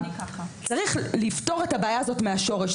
אז צריך לפתור את הבעיה הזאת מהשורש.